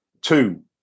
two